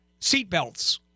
seatbelts